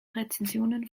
rezensionen